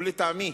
ולטעמי